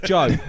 Joe